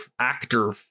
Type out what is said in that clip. actor